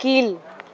கீழ்